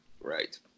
Right